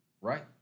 right